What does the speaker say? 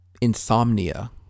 insomnia